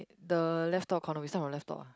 the left top corner we start from left top ah